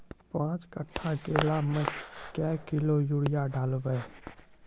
पाँच कट्ठा केला मे क्या किलोग्राम यूरिया डलवा?